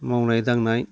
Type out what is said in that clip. मावनाय दांनाय